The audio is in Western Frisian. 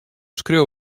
skriuw